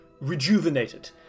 rejuvenated